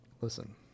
listen